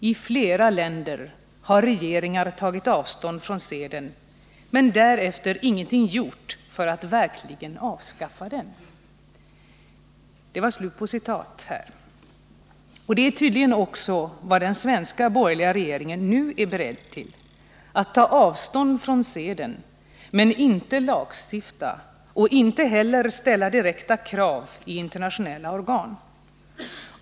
I flera länder har regeringar tagit avstånd från seden, men därefter ingenting gjort för att verkligen avskaffa den.” Och detta är tydligen också vad den svenska borgerliga regeringen nu är beredd till: att ta avstånd från seden, men inte lagstifta och inte heller ställa direkta krav i internationella organ.